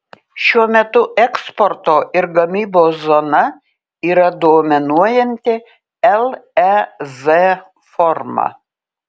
šiuo metu eksporto ir gamybos zona yra dominuojanti lez forma